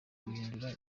guhindura